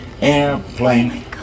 airplane